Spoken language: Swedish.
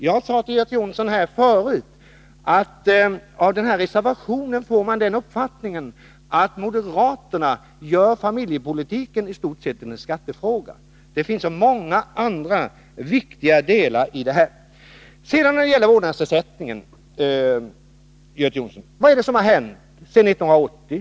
Jag sade tidigare till Göte Jonsson att man av moderaternas reservation får uppfattningen att moderaterna i stort sett vill göra familjepolitiken till en skattefråga. Det finns emellertid många andra viktiga delar härvidlag. Sedan till vårdnadsersättningen, Göte Jonsson. Vad är det som har hänt sedan 1980?